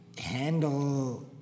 handle